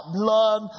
blood